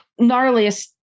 gnarliest